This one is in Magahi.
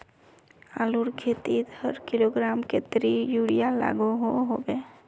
आलूर खेतीत हर किलोग्राम कतेरी यूरिया लागोहो होबे?